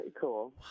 cool